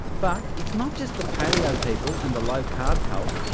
but it's not just the paleo people and the low-carb cult.